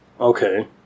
Okay